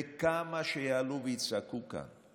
וכמה שיעלו ויצעקו כאן,